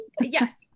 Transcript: yes